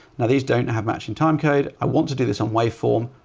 now these don't have much in time code. i want to do this on wave form,